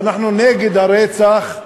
אנחנו נגד הרצח,